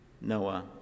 Noah